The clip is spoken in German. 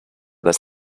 das